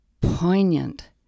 poignant